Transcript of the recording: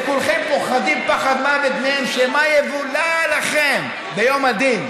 וכולכם פוחדים פחד מוות מהם שמא יבולע לכם ביום הדין,